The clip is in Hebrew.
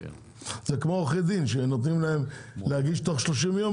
זה כמו עורכי דין שנותנים להם להגיש תוך 30 יום,